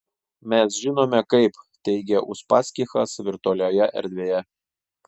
mes žinome kaip teigia uspaskichas virtualioje erdvėje